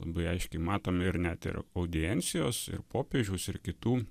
labai aiškiai matom ir net ir audiencijos ir popiežiaus ir kitų